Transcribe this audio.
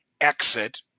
exit